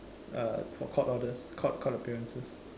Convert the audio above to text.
uh for court orders court court appearances